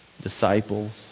disciples